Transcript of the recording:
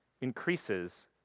increases